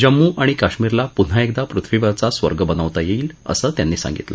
जम्मू आणि काश्मिरला पुन्हा एकदा पृथ्वीवरचा स्वर्ग बनवता येईल असं त्यांनी सांगितलं